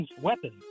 weapons